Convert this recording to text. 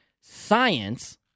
science